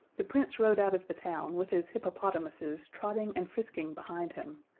the prince rode out of the town with his hippopotamuses trotting and frisking behind him,